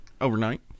overnight